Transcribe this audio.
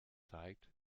zeigt